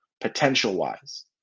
potential-wise